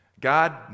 God